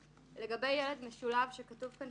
לגבי ילד משולב ומה שכתוב כאן